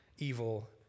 evil